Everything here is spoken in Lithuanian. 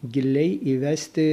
giliai įvesti